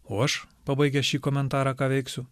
o aš pabaigęs šį komentarą ką veiksiu